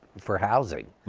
for housing.